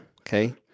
Okay